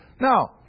Now